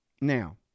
now